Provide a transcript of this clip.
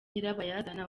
nyirabayazana